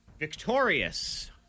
Victorious